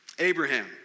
Abraham